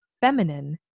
feminine